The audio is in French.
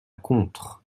contres